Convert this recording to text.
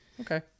okay